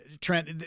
Trent